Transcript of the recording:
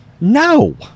No